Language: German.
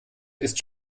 ist